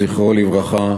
זכרו לברכה,